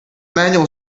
manual